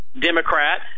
Democrat